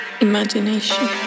imagination